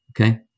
Okay